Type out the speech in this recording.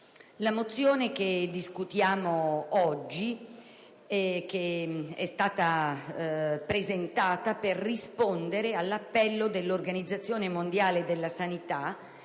La mozione che discutiamo oggi è stata presentata per rispondere all'appello dell'Organizzazione mondiale della sanità